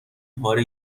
پاره